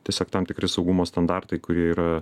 tiesiog tam tikri saugumo standartai kurie yra